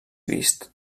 vist